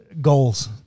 Goals